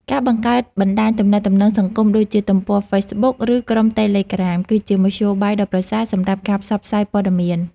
ការបង្កើតបណ្តាញទំនាក់ទំនងសង្គម ដូចជា ទំព័រហ្វេសប៊ុក ឬ ក្រុមតេលេក្រាម គឺជាមធ្យោបាយដ៏ប្រសើរសម្រាប់ការផ្សព្វផ្សាយព័ត៌មាន។